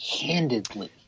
handedly